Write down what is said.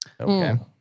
Okay